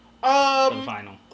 final